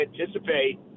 anticipate